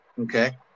Okay